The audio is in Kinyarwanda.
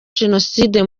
jenoside